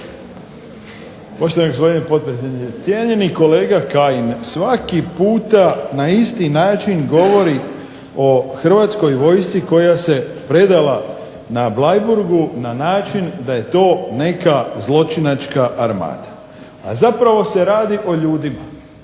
Poštovani gospodine potpredsjedniče. Cijenjeni kolega Kajin, svaki puta na isti način govori o Hrvatskoj vojsci koja se predala na Bleiburgu na način da je to neka zločinačka armada, a zapravo se radi o ljudima